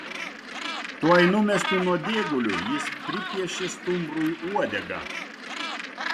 tuoj numestu nuodėguliu jis pripiešė stumbrui uodegą